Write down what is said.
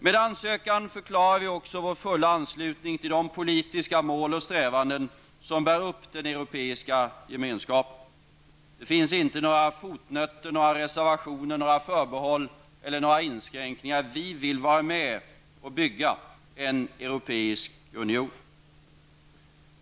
Med ansökan om medlemskap förklarar vi vår fulla anslutning till de politiska mål och strävanden som bär upp den europeiska gemenskapen. Det finns inte några fotnötter, reservationer, förbehåll eller inskränkningar. Vi vill vara med och bygga en europeisk union.